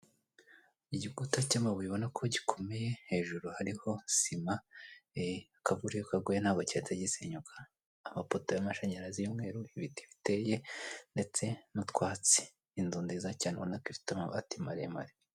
Igikuta cy'amabuye ubona ko gikomeye, hejuru hariho sima, akavura iyo kaguye ntabwo cyahita gisenyuka. Amapoto y'amashanyarazi y'umweru, ibiti biteye ndetse n'utwatsi, inzu nziza cyane ubona ko ifite amabati maremare.